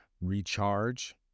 recharge